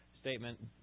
statement